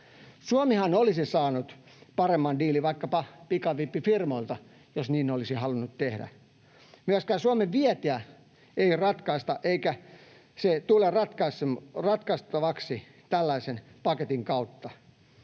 Suomihan olisi saanut paremman diilin vaikkapa pikavippifirmoilta, jos niin olisi halunnut tehdä. Myöskään Suomen vientiä ei ratkaista eikä se tule ratkaistavaksi tällaisen paketin kautta,